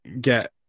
get